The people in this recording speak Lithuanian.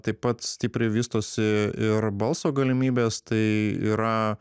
taip pat stipriai vystosi ir balso galimybės tai yra